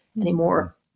anymore